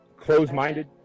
Close-minded